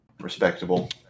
respectable